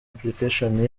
application